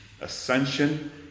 ascension